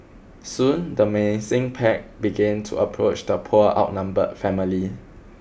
soon the menacing pack began to approach the poor outnumbered family